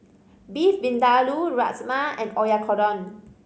Beef Vindaloo Rajma and Oyakodon